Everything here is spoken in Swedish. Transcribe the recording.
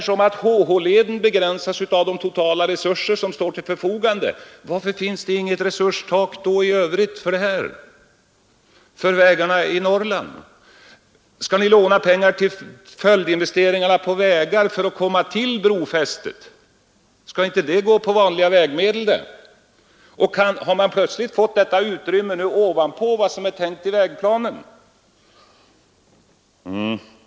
Om byggandet av HH-leden begränsas av de totala resurser som står till förfogande, varför finns det då inget resurstak i övrigt, t.ex. för vägarna i Norrland? Skall ni låna pengar till följdinvesteringar i vägar för att komma till brofästet? Skall inte detta gå på de vanliga väganslagen? Har man plötsligt fått detta utrymme ovanpå vad som är tänkt i vägplanen?